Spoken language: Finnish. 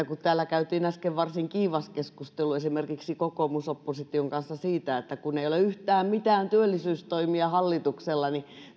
kun täällä käytiin äsken varsin kiivas keskustelu esimerkiksi kokoomusopposition kanssa siitä että ei ole yhtään mitään työllisyystoimia hallituksella niin